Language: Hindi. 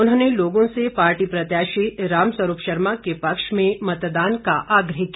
उन्होंने लोगों से पार्टी प्रत्याशी रामस्वरूप शर्मा के पक्ष में मतदान का आग्रह किया